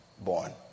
born